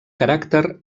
caràcter